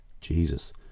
Jesus